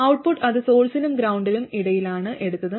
output അത് സോഴ്സിനും ഗ്രൌണ്ടിനും ഇടയിലാണ് എടുത്തത്